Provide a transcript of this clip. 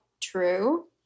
true